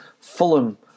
Fulham